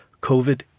COVID